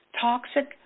toxic